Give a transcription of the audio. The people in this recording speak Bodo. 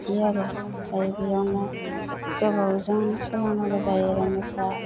बिदि आरो गावबा गावजों सोलोंनांगौ जायो रोङैफ्रा